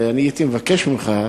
והייתי מבקש ממך,